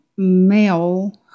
male